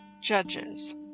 Judges